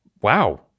Wow